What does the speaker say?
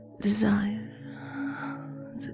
desire